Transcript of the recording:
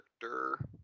character